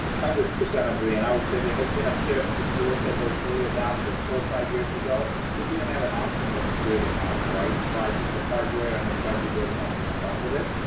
kind of percent agree and i would say there has been a shift. if you look at those early adopters four or five years ago, they didn't have an option but to do it in house, right, buy a piece of hardware and then tried to build something on top of it.